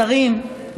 שרים,